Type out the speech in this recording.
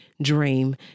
Dream